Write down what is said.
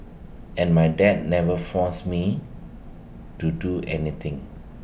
and my dad never forced me to do anything